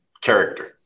character